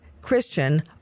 Christian